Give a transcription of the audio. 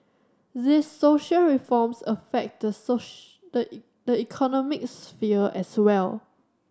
these social reforms affect the the the economic sphere as well